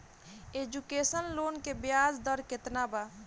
Education loan के ब्याज दर केतना बा?